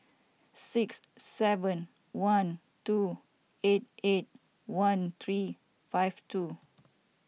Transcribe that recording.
six seven one two eight eight one three five two